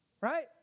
right